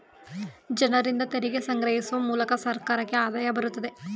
ಜನರಿಂದ ತೆರಿಗೆ ಸಂಗ್ರಹಿಸುವ ಮೂಲಕ ಸರ್ಕಾರಕ್ಕೆ ಆದಾಯ ಬರುತ್ತದೆ